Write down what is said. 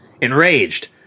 Enraged